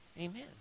Amen